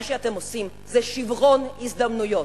מה שאתם עושים זה שיברון הזדמנויות.